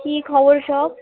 কী খবর সব